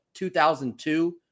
2002